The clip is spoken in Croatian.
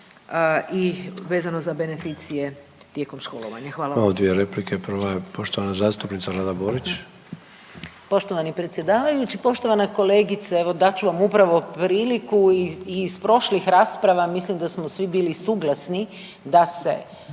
i vezano za benficije tijekom školovanja. Hvala vam.